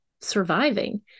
surviving